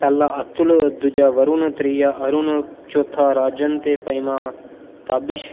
पैह्ला अतुल दूजा वरुण त्रीआ अरुण चौथा राजन ते पंजमा ताबिश